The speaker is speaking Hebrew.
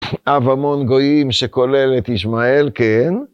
אב המון גויים שכולל את ישמעאל, כן.